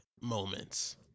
moments